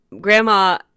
Grandma